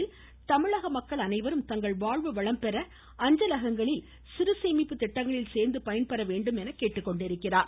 இந்நாளை அனைவரும் தங்கள் வாழ்வு வளம்பெற அஞ்சலகங்களில் சிறு சேமிப்பு திட்டங்களில் சேர்ந்து பயன்பெற வேண்டும் என கேட்டுக்கொண்டிருக்கிறார்